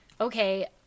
okay